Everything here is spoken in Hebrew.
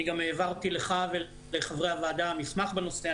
אני גם העברתי לך ולחברי הוועדה מסמך בנושא.